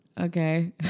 okay